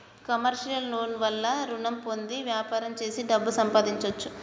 commercial loan ల వల్ల రుణం పొంది వ్యాపారం చేసి డబ్బు సంపాదించొచ్చు